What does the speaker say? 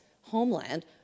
homeland